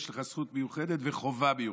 יש לך זכות מיוחדת וחובה מיוחדת.